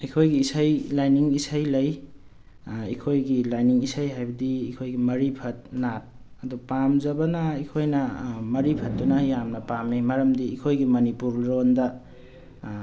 ꯑꯩꯈꯣꯏꯒꯤ ꯏꯁꯩ ꯂꯥꯏꯅꯤꯡ ꯏꯁꯩ ꯂꯩ ꯑꯩꯈꯣꯏꯒꯤ ꯂꯥꯏꯅꯤꯡ ꯏꯁꯩ ꯍꯥꯏꯕꯗꯤ ꯑꯩꯈꯣꯏꯒꯤ ꯃꯔꯤꯐꯠ ꯅꯥꯠ ꯑꯗꯨ ꯄꯥꯝꯖꯕꯅ ꯑꯩꯈꯣꯏꯅ ꯃꯔꯤꯐꯠꯇꯨꯅ ꯌꯥꯝꯅ ꯄꯥꯝꯃꯤ ꯃꯔꯝꯗꯤ ꯑꯩꯈꯣꯏꯒꯤ ꯃꯅꯤꯄꯨꯔ ꯂꯣꯟꯗ